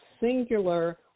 singular